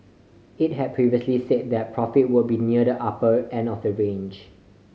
it had previously said that profit would be near the upper end of that range